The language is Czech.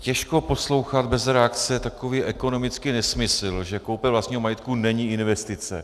Těžko poslouchat bez reakce takový ekonomický nesmysl, že koupě vlastního majetku není investice.